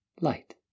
light